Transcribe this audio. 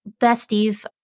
besties